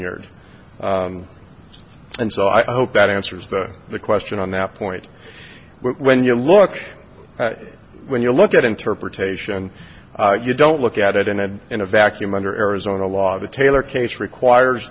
d and so i hope that answers the question on that point when you look when you look at interpretation you don't look at it in and in a vacuum under arizona law the taylor case requires